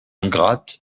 ingrates